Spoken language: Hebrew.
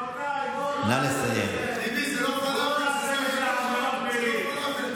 רבותיי, בואו, לא נעשה מזה עבירה פלילית.